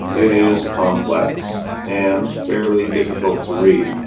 it is complex, and fairly difficult to read.